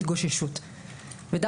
להתגוששות, אתכם.